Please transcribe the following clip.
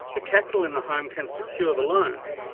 the capital in the home can secure the loan,